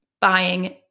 buying